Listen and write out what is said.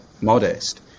modest